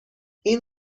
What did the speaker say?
این